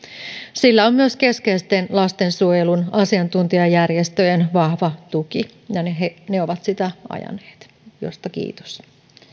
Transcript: sillä on myös keskeisten lastensuojelun asiantuntijajärjestöjen vahva tuki ja ne ovat sitä ajaneet mistä kiitos